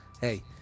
hey